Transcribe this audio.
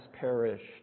perished